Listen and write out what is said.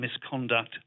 misconduct